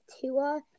Tua